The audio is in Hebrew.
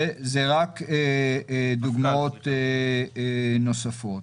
אלו רק דוגמאות נוספות.